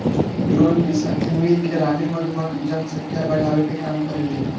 drone के साथे मिल के रानी मधुमक्खी जनसंख्या बढ़ावे के काम करेले